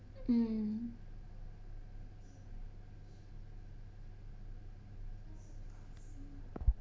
mm